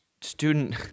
student